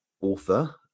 author